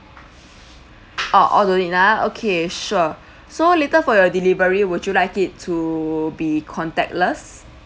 orh all no need ah okay sure so later for your delivery would you like it to be contactless